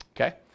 okay